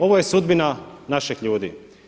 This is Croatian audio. Ovo je sudbina naših ljudi.